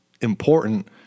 important